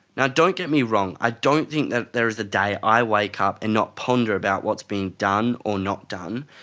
don't get me wrong, i don't think that there is a day i wake up and not ponder about what's being done or not done,